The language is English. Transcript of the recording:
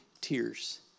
tears